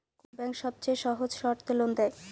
কোন ব্যাংক সবচেয়ে সহজ শর্তে লোন দেয়?